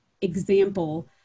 example